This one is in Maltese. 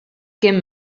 kien